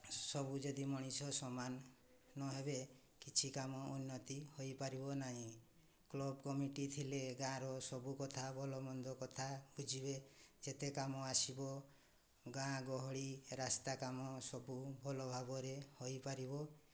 ସବୁ ଯଦି ମଣିଷ ସମାନ ନହେବେ କିଛି କାମ ଉନ୍ନତି ହୋଇପାରିବ ନାହିଁ କ୍ଲବ୍ କମିଟି ଥିଲେ ଗାଁର ସବୁ କଥା ଭଲ ମନ୍ଦ କଥା ବୁଝିବେ ଯେତେ କାମ ଆସିବ ଗାଁ ଗହଳି ରାସ୍ତା କାମ ସବୁ ଭଲ ଭାବରେ ହୋଇପାରିବ